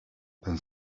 then